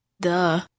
Duh